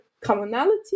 commonality